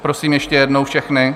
Prosím ještě jednou všechny.